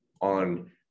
on